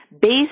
based